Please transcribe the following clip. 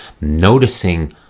noticing